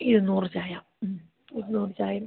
ഇരുന്നൂറ് ചായ മ് ഇരുന്നൂറ് ചായയും